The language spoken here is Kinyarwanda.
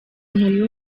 umuntu